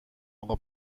اقا